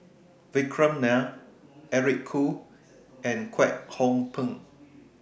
Vikram Nair Eric Khoo and Kwek Hong Png